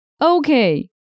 Okay